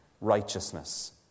righteousness